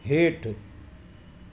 हेठि